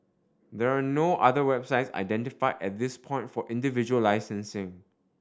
there are no other websites identified at this point for individual licensing